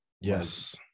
yes